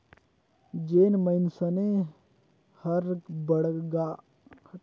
जेन मइनसे हर बड़का रुप म डेयरी खोले रिथे, काहेच कन गाय गोरु रखथे अइसन मन दूद ल सोयझ दूद ले जुड़े कंपनी में बेचल जाय सकथे